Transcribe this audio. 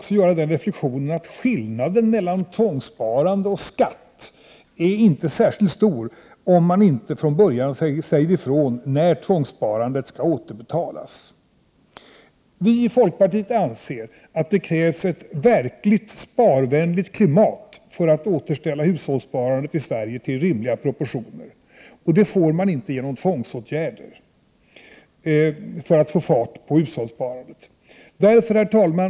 Skillnaden mellan tvångssparande och skatt är inte särskilt stor om man inte från början säger ifrån när tvångssparandet skall återbetalas. Vi i folkpartiet anser att det krävs ett verkligt sparvänligt klimat för att återställa hushållssparandet i Sverige till rimliga proportioner. Man får inte fart på hushållssparandet genom tvångsåtgärder. Herr talman!